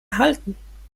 erhalten